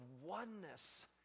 oneness